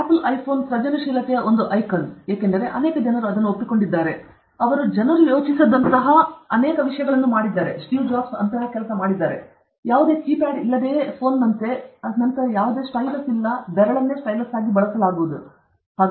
apple ಐಫೋನ್ನ ಸೃಜನಶೀಲತೆಯ ಒಂದು ಐಕಾನ್ ಏಕೆಂದರೆ ಅನೇಕ ಜನರು ಅದನ್ನು ಒಪ್ಪಿಕೊಂಡಿದ್ದಾರೆ ಅವರು ಏನನ್ನಾದರೂ ಮಾಡಿದ್ದಾರೆ ಏಕೆಂದರೆ ಅವರು ಏನಾದರೂ ಮಾಡಿದ್ದಾರೆ ಅವರು ಯೋಚಿಸದಂತಹ ಅನೇಕ ವಿಷಯಗಳನ್ನು ಮಾಡಿದ್ದಾರೆ ಯಾವುದೇ ಕೀಪ್ಯಾಡ್ ಇಲ್ಲದೆಯೇ ಫೋನ್ ನಂತೆ ಮತ್ತು ನಂತರ ಯಾವುದೇ ಸ್ಟೈಲಸ್ ಇಲ್ಲ ಬೆರಳನ್ನು ಬಳಸಲಾಗುವುದು ಸ್ಟೈಲಸ್ ಆಗಿ